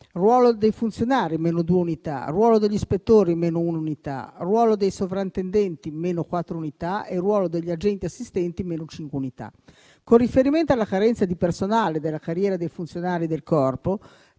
ruolo dei funzionari, meno due unità; ruolo degli ispettori, meno una unità; ruolo dei sovrintendenti, meno quattro unità; ruolo degli agenti assistenti, meno cinque unità. Con riferimento alla carenza di personale della carriera dei funzionari del Corpo,